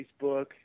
Facebook